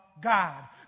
God